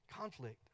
conflict